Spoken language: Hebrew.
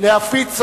להפיץ סודות,